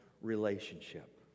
relationship